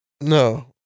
No